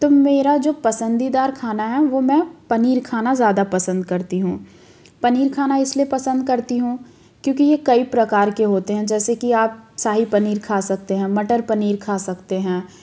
तो मेरा जो पसंदीदा खाना है वो मैं पनीर खाना ज़्यादा पसंद करती हूँ पनीर खाना इसलिए पसंद करती हूँ क्योंकि ये कई प्रकार के होते हैं जैसे कि आप शाही पनीर खा सकते हैं मटर पनीर खा सकते हैं